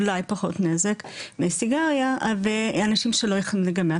אולי פחות נזק מסיגריה ואנשים שלא יכלו להיגמל,